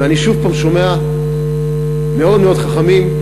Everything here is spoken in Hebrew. ואני שוב שומע מאוד מאוד חכמים,